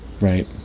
right